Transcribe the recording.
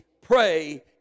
pray